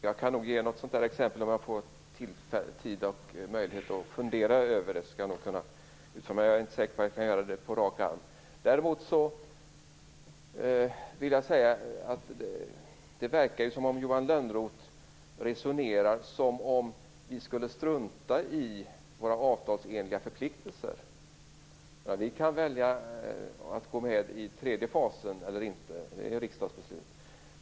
Fru talman! Jag kan nog ge något sådant exempel om jag får tid och möjlighet att fundera över det, men jag är inte säker på att jag kan göra det på rak arm. Jag vill däremot säga att det verkar som om Johan Lönnroth resonerar som om vi skulle strunta i våra avtalsenliga förpliktelser. Vi kan välja att gå med i den tredje fasen eller inte genom ett riksdagsbeslut.